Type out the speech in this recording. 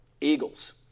Eagles